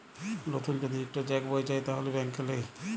লতুল যদি ইকট চ্যাক বই চায় তাহলে ব্যাংকে লেই